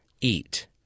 eat